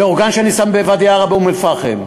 ואורגן שאני שם בוואדי-עארה, באום-אלפחם,